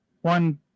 One